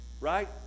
right